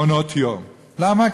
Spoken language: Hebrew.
מעונות-יום, למה?